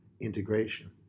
integration